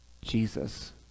Jesus